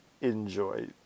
enjoy